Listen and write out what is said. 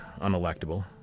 unelectable